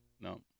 no